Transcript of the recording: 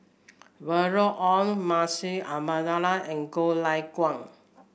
Violet Oon Munshi Abdullah and Goh Lay Kuan